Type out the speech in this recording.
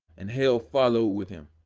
and hell followed with him.